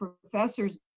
professors